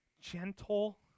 gentle